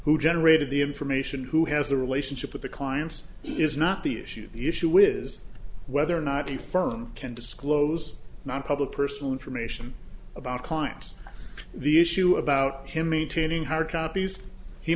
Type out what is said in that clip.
who generated the information who has the relationship with the clients is not the issue the issue is whether or not the firm can disclose nonpublic personal information about clients the issue about him maintaining hard copies